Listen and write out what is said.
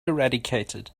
eradicated